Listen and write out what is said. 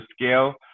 scale